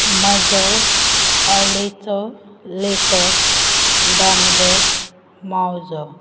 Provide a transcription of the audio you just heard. म्हाजो आवडीचो लेखक दामोदर मावजो